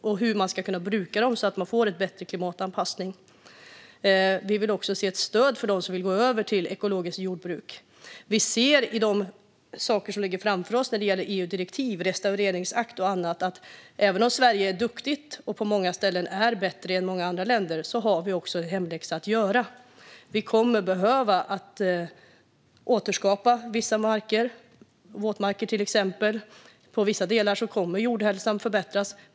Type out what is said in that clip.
Det handlar också om hur man kan bruka dem så att man får en bättre klimatanpassning. Vi vill också se ett stöd till dem som vill gå över till ekologiskt jordbruk. I de saker som ligger framför oss när det gäller EU-direktiv - restaureringsakten och annat - syns det att vi har en hemläxa att göra, även om vi är ett duktigt land och på många ställen är bättre än många andra länder. Vi kommer att behöva återskapa vissa marker, till exempel våtmarker. I vissa delar kommer jordhälsan att förbättras.